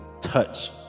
touch